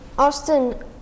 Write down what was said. Austin